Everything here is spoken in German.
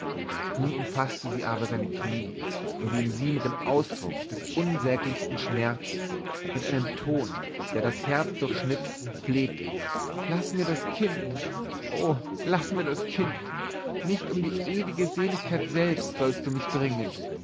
nun umfaßte sie aber seine knie indem sie mit dem ausdruck des unsäglichsten schmerzes mit einem ton der das herz durchschnitt flehte laß mir das kind o laß mir das kind nicht um die ewige seligkeit sollst du mich bringen